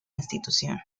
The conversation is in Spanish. institución